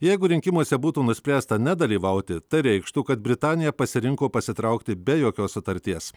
jeigu rinkimuose būtų nuspręsta nedalyvauti tai reikštų kad britanija pasirinko pasitraukti be jokios sutarties